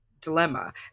dilemma